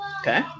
okay